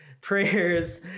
Prayers